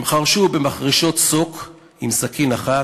הם חרשו במחרשות סוק עם סכין אחת,